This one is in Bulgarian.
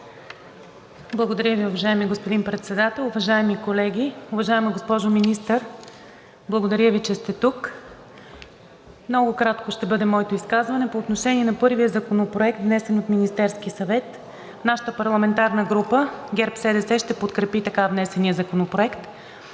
Благодаря Ви. Уважаеми господин Председател, уважаеми колеги! Уважаема госпожо Министър, благодаря Ви, че сте тук. Моето изказване ще бъде много кратко. По отношение на първия законопроект, внесен от Министерския съвет, нашата парламентарна група – ГЕРБ-СДС, ще подкрепи така внесения законопроект.